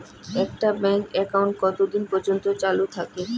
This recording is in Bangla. একটা ব্যাংক একাউন্ট কতদিন পর্যন্ত চালু থাকে?